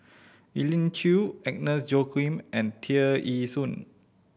Elim Chew Agnes Joaquim and Tear Ee Soon